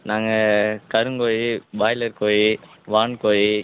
நாங்கள் கருங்கோழி பாய்லர் கோழி வான்கோழி